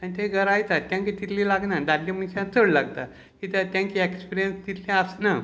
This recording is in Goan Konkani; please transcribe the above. आनी ते गरायतात तेंकां तितलें लागना दादल्या मनशांक चड लागता कित्याक तेंकां एक्सपिरियन्स तितलें आसना